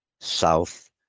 south